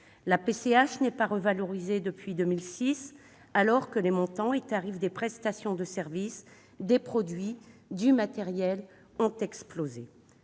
La PCH n'est pas revalorisée depuis 2006, alors que les montants et tarifs des prestations de service, des produits, du matériel ont explosé.